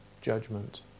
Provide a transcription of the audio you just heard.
judgment